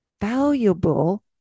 valuable